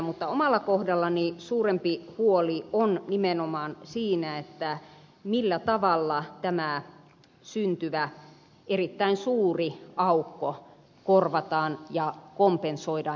mutta omalla kohdallani suurempi huoli on nimenomaan siinä millä tavalla tämä syntyvä erittäin suuri aukko korvataan ja kompensoidaan